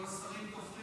כל השרים תופרים